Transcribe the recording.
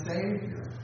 Savior